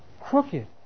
crooked